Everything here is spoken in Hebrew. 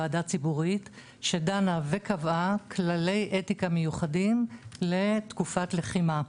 ועדה ציבורית שדנה וקבעה כללי אתיקה מיוחדים לתקופת לחימה.